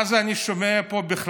מה אני שומע פה?